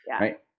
right